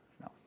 No